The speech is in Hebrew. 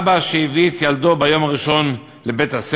אבא שהביא את ילדו ביום הראשון לבית-הספר,